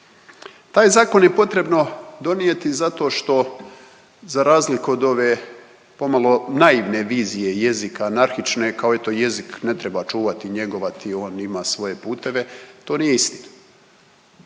Taj zakon je potrebno donijeti zato što za razliku od ove pomalo naivne vizije jezike anarhične kao eto jezik ne treba čuvati i njegovat i on ima svoje puteve, to nije istina,